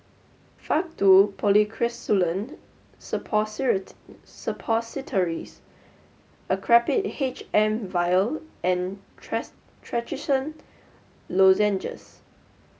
Faktu Policresulen Suppositories Actrapid H M vial and Trachisan Lozenges